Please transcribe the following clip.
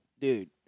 dude